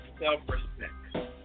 self-respect